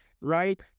right